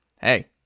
hey